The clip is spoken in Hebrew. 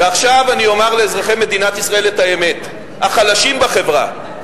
ועכשיו אני אומר לאזרחי מדינת ישראל את האמת: החלשים בחברה,